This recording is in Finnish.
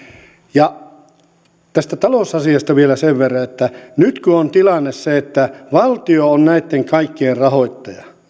tästä talousasiasta vielä sen verran että nyt kun on tilanne se että valtio on näitten kaikkien rahoittaja